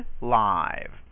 live